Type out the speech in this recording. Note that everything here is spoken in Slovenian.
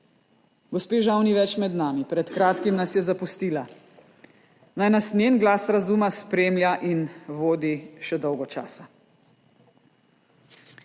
Gospe žal ni več med nami, pred kratkim nas je zapustila. Naj nas njen glas razuma spremlja in vodi še dolgo časa.